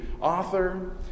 author